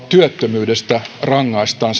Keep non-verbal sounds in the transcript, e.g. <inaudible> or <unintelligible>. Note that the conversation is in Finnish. työttömyydestä rangaistaan <unintelligible>